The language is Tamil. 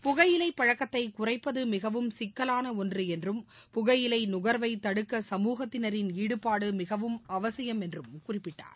புகையிலைப் பழக்கத்தைகுறைப்பதுமிகவும் சிக்கலானஒன்றுஎன்றும் புகையிலைநுகாவைதடுக்க சமூகத்தினாின் ஈடுபாடுமிகவும் அவசியம் என்றும் குறிப்பிட்டார்